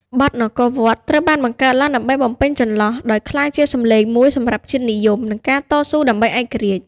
បទ នគរវត្ត ត្រូវបានបង្កើតឡើងដើម្បីបំពេញចន្លោះ ដោយក្លាយជាសំឡេងមួយសម្រាប់ជាតិនិយម និងការតស៊ូដើម្បីឯករាជ្យ។